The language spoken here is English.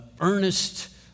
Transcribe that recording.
earnest